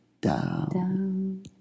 down